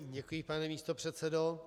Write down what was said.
Děkuji, pane místopředsedo.